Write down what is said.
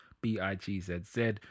B-I-G-Z-Z